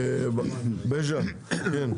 נכון.